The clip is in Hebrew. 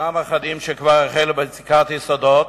ישנם אחדים שכבר החלו ביציקת יסודות,